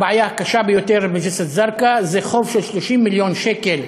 הבעיה הקשה ביותר בג'סר-א-זרקא זה חוב של 30 מיליון שקל